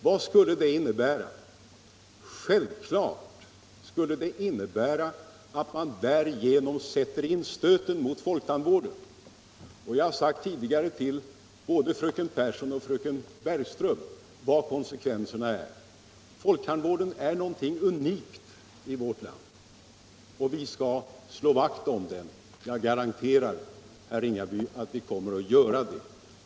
Jag har tidigare förklarat för både fröken Pehrsson och fröken Bergström vilka konsekvenserna är. Folktandvården är någonting unikt i vårt land, och vi skall slå vakt om den. Jag garanterar herr Ringaby att vi kommer att göra det.